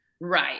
right